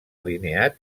alineat